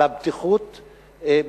על הבטיחות בגני-ילדים.